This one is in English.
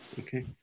okay